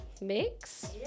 mix